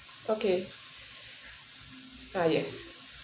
okay uh yes